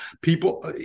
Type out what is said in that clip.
People